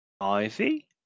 Ivy